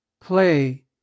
play